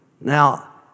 Now